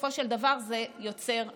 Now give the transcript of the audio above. בסופו של דבר זה יוצר אווירה.